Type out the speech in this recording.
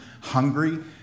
Hungry